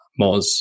Moz